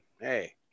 Hey